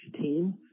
team